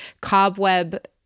cobweb